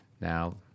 Now